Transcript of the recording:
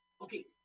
Okay